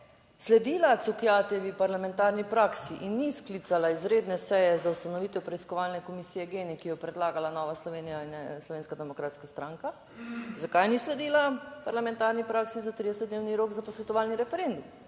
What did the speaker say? sledila Cukjatijevi parlamentarni praksi in ni sklicala izredne seje za ustanovitev preiskovalne komisije GEN-I, ki jo je predlagala Nova Slovenija in Slovenska demokratska stranka, zakaj ni sledila parlamentarni praksi za 30-dnevni rok za posvetovalni referendum?